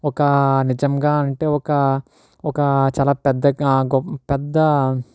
ఒక నిజంగా అంటే ఒక ఒక చాలా పెద్ద గ గో పెద్ద